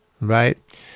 right